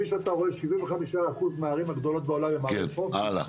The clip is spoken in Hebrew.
(הצגת מצגת) שמונה מועצת אזוריות, 15 ערים.